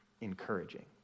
encouraging